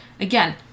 Again